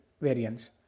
variance